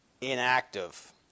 inactive